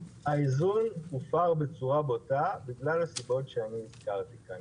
האיזון הופר בצורה בוטה בגלל הסיבות שהזכרתי כאן.